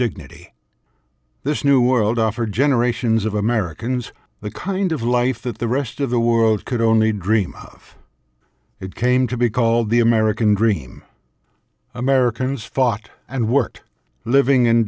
dignity this new world offered generations of americans the kind of life that the rest of the world could only dream of it came to be called the american dream americans fought and worked living